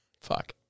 Fuck